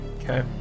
Okay